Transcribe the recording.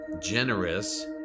generous